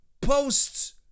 posts